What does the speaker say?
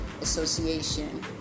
Association